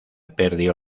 perdió